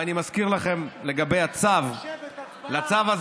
אני מזכיר לכם לגבי הצו, ינון,